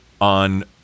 on